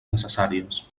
necessàries